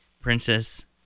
Princess